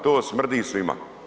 To smrdi svima.